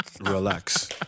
Relax